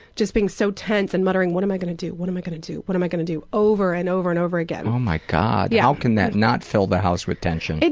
just being so tense and muttering, what am i gonna do? what am i gonna do? what am i gonna do? over and over and over again. oh my god. yeah how can that not fill the house with tension?